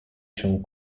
się